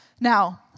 Now